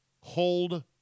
Hold